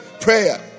prayer